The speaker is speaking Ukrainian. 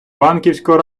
банківського